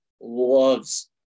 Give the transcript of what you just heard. loves